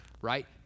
right